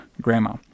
grandma